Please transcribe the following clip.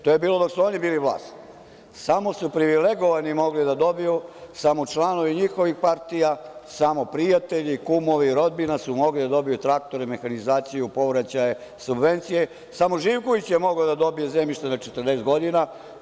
To je bilo dok su oni bili vlast samo su privilegovani mogli da dobiju, samo članovi njihovih partija, samo prijatelji, kumovi, rodbina su mogli da dobiju traktor i mehanizaciju, povraćaje, subvencije, samo Živkovića je mogao da dobije zemljište na 40 godina.